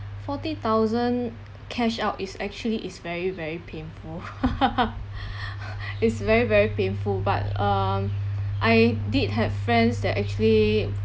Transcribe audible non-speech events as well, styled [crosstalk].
forty thousand cash out is actually is very very painful [laughs] is very very painful but um I did had friends that actually